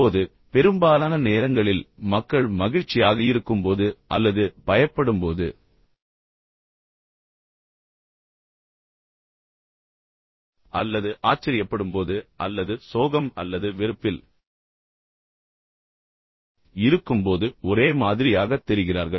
இப்போது பெரும்பாலான நேரங்களில் மக்கள் மகிழ்ச்சியாக இருக்கும்போது அல்லது பயப்படும்போது அல்லது ஆச்சரியப்படும்போது அல்லது சோகம் அல்லது வெறுப்பில் இருக்கும்போது ஒரே மாதிரியாகத் தெரிகிறார்கள்